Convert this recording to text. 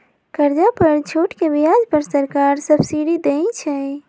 कर्जा पर छूट के ब्याज पर सरकार सब्सिडी देँइ छइ